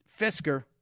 Fisker